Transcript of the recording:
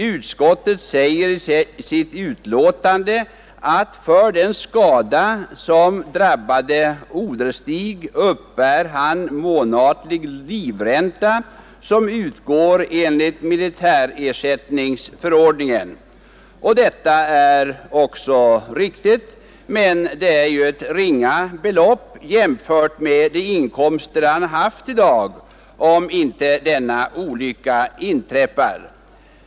Utskottet säger i sitt betänkande: ”För den skada som har drabbat Oderstig uppbär han en månatlig livränta som utgår enligt militärersättningsförordningen.” Detta är också riktigt, men denna livränta är ett ringa belopp jämfört med de inkomster han skulle ha haft i dag, om inte denna olycka inträffat.